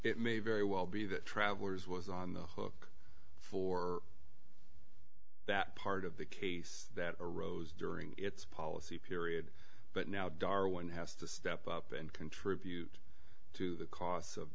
it may very well be that travelers was on the hook for that part of the case that arose during its policy period but now darwin has to step up and contribute to the cost of